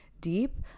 deep